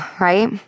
right